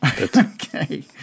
Okay